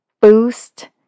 boost